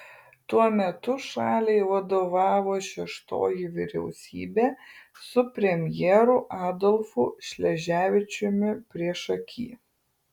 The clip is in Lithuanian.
tuo metu šaliai vadovavo šeštoji vyriausybė su premjeru adolfu šleževičiumi priešaky